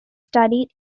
studied